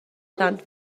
plant